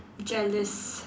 jealous